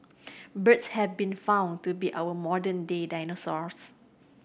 birds have been found to be our modern day dinosaurs